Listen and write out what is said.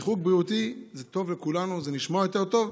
ריחוק בריאותי זה טוב לכולנו, זה נשמע יותר טוב.